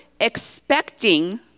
expecting